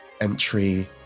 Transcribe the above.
entry